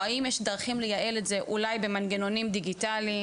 האם יש דרכים לייעל את זה אולי במנגנונים דיגיטאליים,